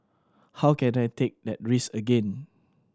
how can I take that risk again